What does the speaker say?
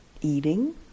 eating